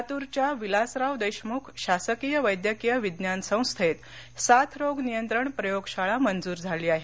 लातूरच्या विलासराव देशमुख शासकीय वैद्यकीय विज्ञान संस्थेत साथरोग नियंत्रण प्रयोगशाळा मंजूर झाली आहे